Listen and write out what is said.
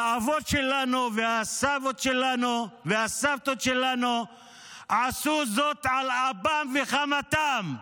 האבות שלנו והסבים שלנו והסבתות שלנו עשו זאת על אפם וחמתם.